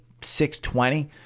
620